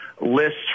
lists